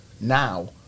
now